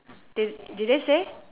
did did they say